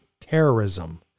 terrorism